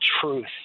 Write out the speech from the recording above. truth